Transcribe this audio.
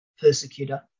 persecutor